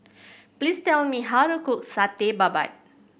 please tell me how to cook Satay Babat